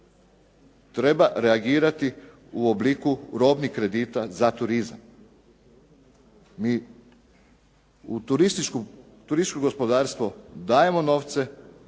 treba reagirati u obliku robnih kredita za turizam. Mi u turističko gospodarstvo dajemo novce,